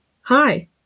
hi